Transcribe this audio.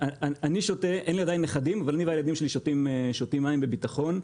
לי אין עדיין נכדים אבל אני והילדים שלי שותים מים בביטחון.